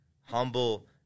humble